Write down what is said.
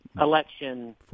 election